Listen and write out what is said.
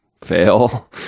fail